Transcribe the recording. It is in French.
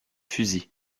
fusil